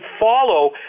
follow